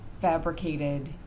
fabricated